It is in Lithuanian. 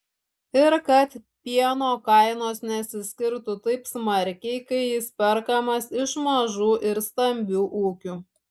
ir kad pieno kainos nesiskirtų taip smarkiai kai jis perkamas iš mažų ir stambių ūkių